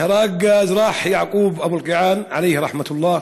נהרג האזרח יעקב אבו אלקיעאן, עליהי רחמאת אללה,